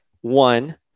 One